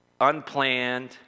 unplanned